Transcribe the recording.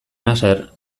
nasser